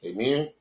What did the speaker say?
Amen